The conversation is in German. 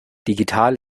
digital